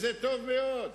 זה טוב מאוד.